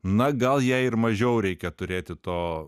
na gal jai ir mažiau reikia turėti to